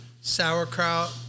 sauerkraut